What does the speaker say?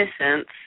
innocence